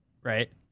right